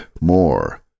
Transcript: more